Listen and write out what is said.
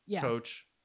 coach